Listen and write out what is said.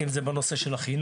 אם זה בנושא של החינוך,